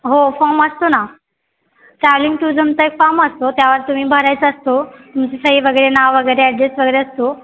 हो फॉम असतो ना टुरिजमचा एक फॉम असतो त्यावर तुम्ही भरायचा असतो तुमची सही वगैरे नाव वगैरे अॅड्रेस वगैरे असतो